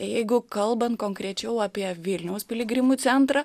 jeigu kalbant konkrečiau apie vilniaus piligrimų centrą